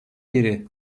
biri